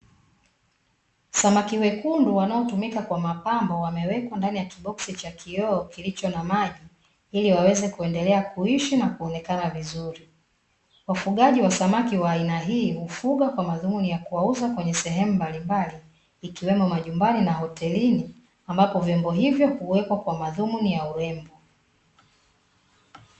Samaki wekundu wanaotumika kwa mapambo wamewekwa ndani ya kiboksi cha kioo kilicho na maji, ili waweze kuendelea kuishi na kuonekana vizuri. Wafugaji wa samaki wa aina hii hufugwa kwa madhumuni ya kuwauza kwenye sehemu mbalimbali ikiwemo majumbani na hotelini, ambapo viumbe hivyo huwekwa kwa madhumuni ya urembo.